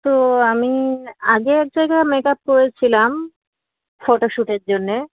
তো আমি আগে এক জায়গা মেক আপ করেছিলাম ফটোশ্যুটের জন্যে